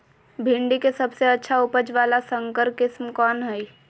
भिंडी के सबसे अच्छा उपज वाला संकर किस्म कौन है?